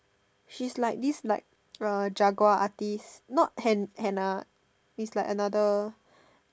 she's like this like uh jaguar artist not hen henna is like other